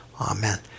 Amen